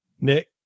Nick